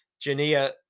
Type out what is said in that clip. Jania